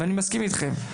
אני מסכים איתכם.